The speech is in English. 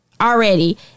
already